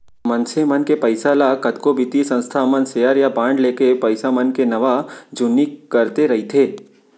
मनसे मन के पइसा ल कतको बित्तीय संस्था मन सेयर या बांड लेके पइसा मन के नवा जुन्नी करते रइथे